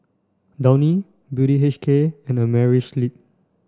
Downy Beauty U K and Amerisleep